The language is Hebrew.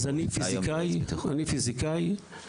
אתה היום יועץ בטיחות.